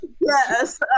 yes